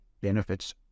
benefits